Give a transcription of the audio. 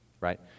right